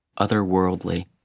otherworldly